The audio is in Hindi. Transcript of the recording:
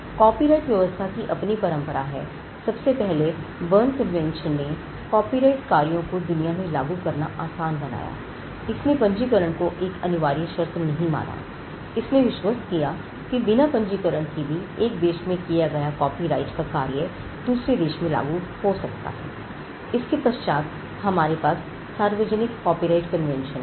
कॉपीराइट व्यवस्था की अपनी परंपरा है सबसे पहले बर्न संधियां हैं